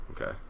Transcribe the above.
Okay